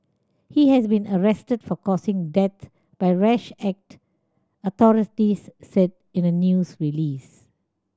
he has been arrested for causing death by rash act authorities said in a news release